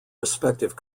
respective